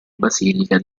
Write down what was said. basilica